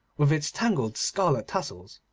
with its tangled scarlet tassels,